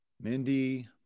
Mindy